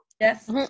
Yes